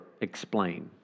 explain